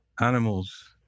animals